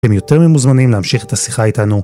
אתם יותר ממוזמנים להמשיך את השיחה איתנו.